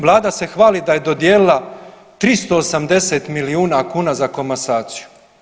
Vlada se hvali da je dodijelila 380 milijuna kuna za komasaciju.